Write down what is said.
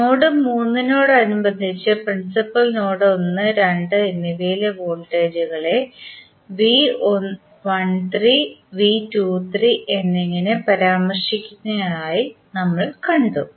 node 3 നോടനുബന്ധിച്ച് principal node 1 2 എന്നിവയിലെ വോൾടേജ്കളെ എന്നിങ്ങനെ പരാമര്ശിച്ചിരിക്കുന്നതായി ഇപ്പോൾ കണ്ടു